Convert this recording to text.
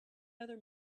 other